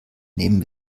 nehmen